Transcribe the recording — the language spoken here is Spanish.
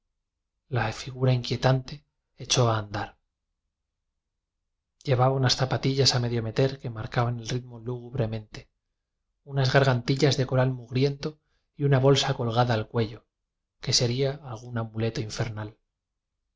la figura inquietante echó a an dar llevaba unas zapatillas a medio meter que marcaban el ritmo lúgubremente unas gargantillas de coral mugriento y una bolsa colgada al cuello que sería algún amuleto infernal